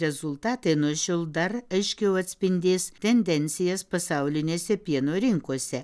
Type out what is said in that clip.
rezultatai nuo šiol dar aiškiau atspindės tendencijas pasaulinėse pieno rinkose